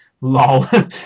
lol